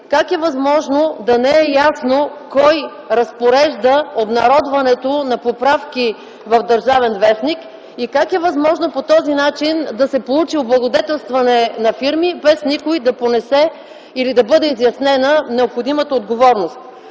Как е възможно да не е ясно кой разпорежда обнародването на поправки в „Държавен вестник” и как е възможно по този начин да се получи облагодетелстване на фирми, без никой да понесе или да бъде изяснена необходимата отговорност?